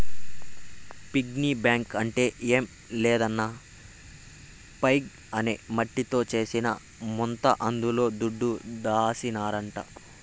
piggy bank అంటే ఏం లేదన్నా పైగ్ అనే మట్టితో చేసిన ముంత అందుల దుడ్డు దాసినారంట